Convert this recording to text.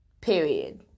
Period